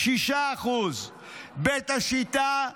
6%; בית השיטה,